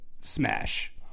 smash